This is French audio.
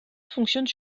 fonctionnent